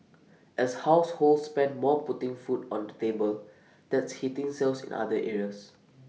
as households spend more putting food on the table that's hitting sales in other areas